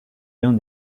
l’un